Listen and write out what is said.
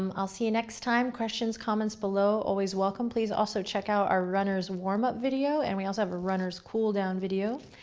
um i'll see you next time. questions, comments below always welcome. please also check out our runner's warm up video and we also have a runner's cool down video.